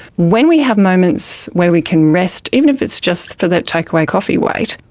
when we have moments where we can rest, even if it's just for that takeaway coffee wait,